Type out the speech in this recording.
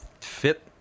fit